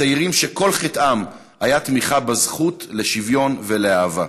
צעירים שכל חטאם היה תמיכה בזכות לשוויון ולאהבה.